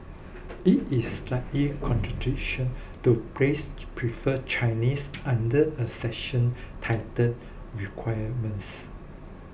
it is slightly contradiction to place prefer Chinese under a section titled requirements